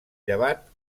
llevat